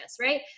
right